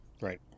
right